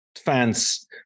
fans